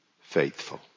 faithful